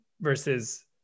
versus